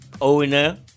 owner